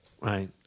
right